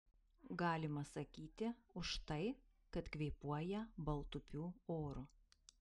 galima sakyti už tai kad kvėpuoja baltupių oru